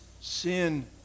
sin